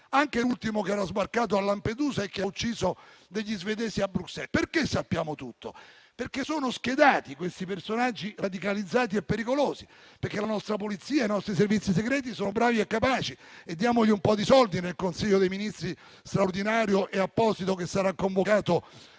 anche l'ultimo che era sbarcato a Lampedusa e che ha ucciso degli svedesi a Bruxelles. Perché sappiamo tutto? Sono schedati questi personaggi radicalizzati e pericolosi, perché la nostra Polizia e i nostri Servizi segreti sono bravi e capaci. Diamogli un po' di soldi nel Consiglio dei ministri straordinario e apposito che sarà convocato